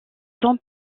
sont